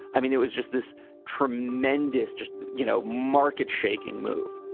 i mean, it was just this tremendous just, you know, market shaking move